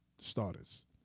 starters